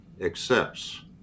accepts